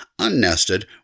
unnested